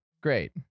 great